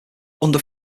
under